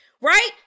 right